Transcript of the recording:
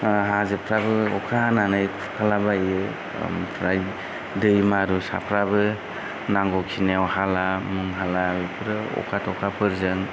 हाजोफ्राबो अखा हानानै खुरखालाबायो ओमफ्राय दै मारुसाफ्राबो नांगौ खिनियाव हाला मुं हाला इफोरो अखा थखाफोरजों